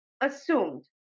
assumed